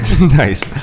Nice